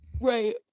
Right